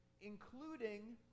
including